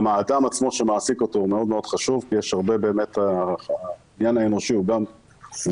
גם האדם עצמו שמעסיק אותו מאוד חשוב כי העניין האנושי הוא גם חשוב.